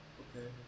okay